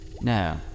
No